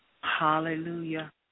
Hallelujah